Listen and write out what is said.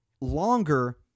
longer